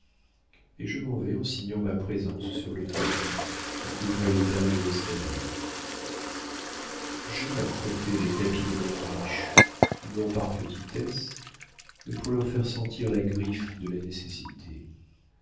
et je m'en vais en signant ma présence sur le tapis qui couvrait les dalles de l'escalier j'aime à crotter les tapis de l'homme riche non par petitesse mais pour leur faire sentir la griffe de la nécessité